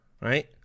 Right